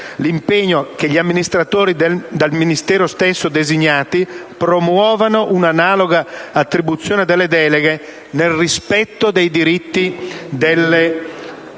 l'impegno che gli amministratori dal Ministero stesso designati promuovano un'analoga attribuzione delle deleghe nel rispetto dei diritti dei soci